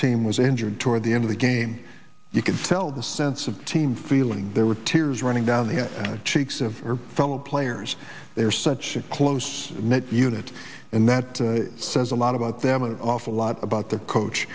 team was injured toward the end of the game you could sell the sense of team feeling there were tears running down the cheeks of her fellow players they were such a close knit unit and that says a lot about them an awful lot about their coach